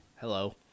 Hello